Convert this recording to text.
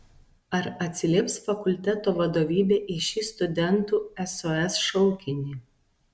ar atsilieps fakulteto vadovybė į šį studentų sos šaukinį